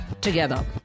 together